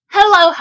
Hello